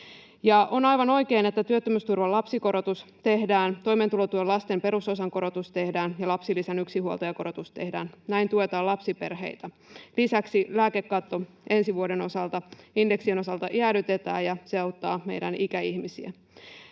On aivan oikein, että työttömyysturvan lapsikorotus tehdään, toimeentulotuen lasten perusosan korotus tehdään ja lapsilisän yksinhuoltajakorotus tehdään. Näin tuetaan lapsiperheitä. Lisäksi lääkekatto ensi vuoden osalta indeksien osalta jäädytetään, ja se auttaa meidän ikäihmisiä.